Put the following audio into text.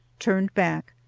turned back,